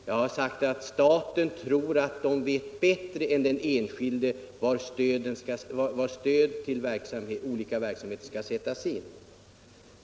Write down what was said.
Jag har sagt att staten tror att den vet bättre än den enskilde var stödet till olika verksamheter skall sättas in.